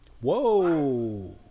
Whoa